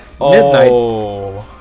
Midnight